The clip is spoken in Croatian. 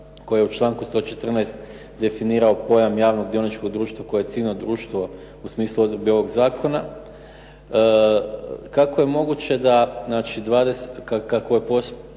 koje je u članku 114. definirao pojam javnog dioničkog društva koje je ciljno društvo u smislu odredbi ovog zakona, kako je moguće da …/Govornik se ne